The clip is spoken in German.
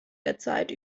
derzeit